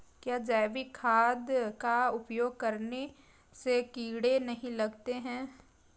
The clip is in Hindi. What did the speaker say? क्या जैविक खाद का उपयोग करने से कीड़े नहीं लगते हैं?